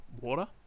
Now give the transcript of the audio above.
water